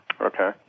Okay